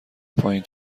پایین